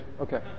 Okay